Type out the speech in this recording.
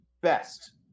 best